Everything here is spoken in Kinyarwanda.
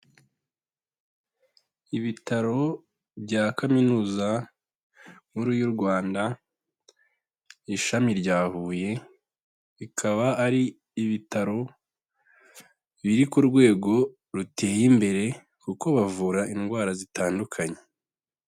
Ibitaro bya kaminuza nkuru y'u Rwanda ishami rya Huye, bikaba ari ibitaro biri ku rwego ruteye imbere kuko bavura indwara zitandukanye.